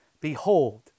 Behold